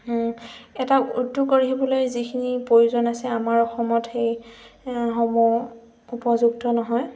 এটা উদ্যোগ কৰি আহিবলৈ যিখিনি প্ৰয়োজন আছে আমাৰ অসমত সেইসমূহ উপযুক্ত নহয়